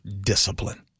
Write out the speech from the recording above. discipline